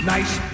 Nice